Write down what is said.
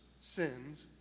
sins